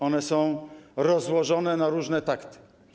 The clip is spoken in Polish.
One są rozłożone na różne takty.